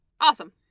Awesome